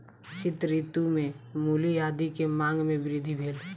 शीत ऋतू में मूली आदी के मांग में वृद्धि भेल